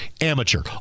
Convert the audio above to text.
Amateur